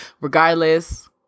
regardless